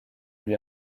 lui